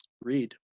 read